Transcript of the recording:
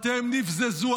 בתיהם נבזזו,